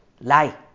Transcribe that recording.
lie